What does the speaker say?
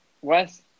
West